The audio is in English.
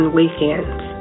weekends